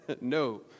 No